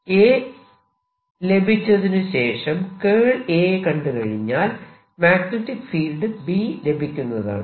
A ലഭിച്ചതിനുശേഷം A കണ്ടുകഴിഞ്ഞാൽ magnetic field B ലഭിക്കുന്നതാണ്